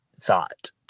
thought